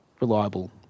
reliable